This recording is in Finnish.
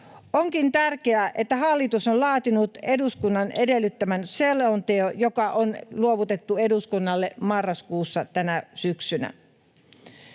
Onkin tärkeää, että hallitus on laatinut eduskunnan edellyttämän selonteon, joka on luovutettu eduskunnalle marraskuussa tänä syksynä.